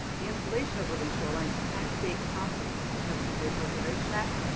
the installation of living shorelines can create conflicts with the chesapeake bay preservation act,